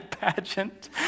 pageant